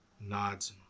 nods